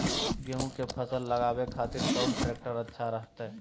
गेहूं के फसल लगावे खातिर कौन ट्रेक्टर अच्छा रहतय?